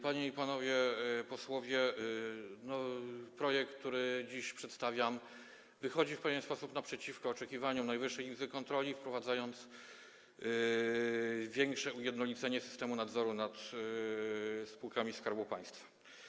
Panie i panowie posłowie, projekt, który dziś przedstawiam, wychodzi w pewien sposób naprzeciw oczekiwaniom Najwyższej Izby Kontroli, wprowadzając większe ujednolicenie systemu nadzoru nad spółkami Skarbu Państwa.